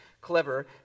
clever